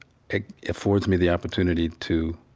it affords me the opportunity to